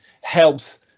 helps